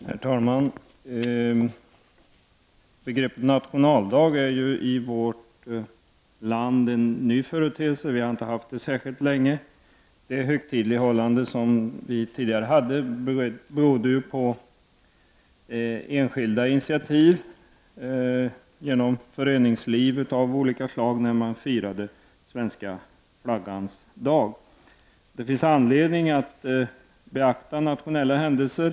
Herr talman! Begreppet nationaldag är en ny företeelse i vårt land. Vi har alltså inte haft nationaldagen särskilt länge. Det högtidlighållande som vi tidigare hade berodde på enskilda initiativ av olika slag genom föreningslivet. Det var svenska flaggans dag som firades. Men det finns anledning att beakta nationella händelser.